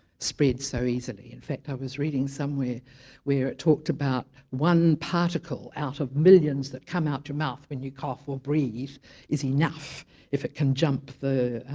spreads so easily in fact i was reading somewhere where it talked about one particle out of millions that come out of your mouth when you cough or breath is enough if it can jump